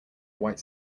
white